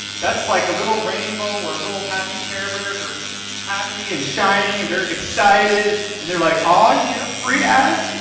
that's like a little rainbow or a little happy care bears or happy and shining, and they're excited, and they're like, aw ah yeah, free ads,